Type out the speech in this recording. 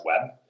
web